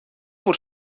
voor